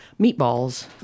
meatballs